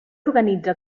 organitza